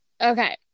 Okay